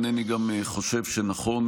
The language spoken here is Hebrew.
אינני חושב שנכון,